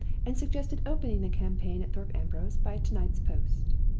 and suggested opening the campaign at thorpe ambrose by to-night's post.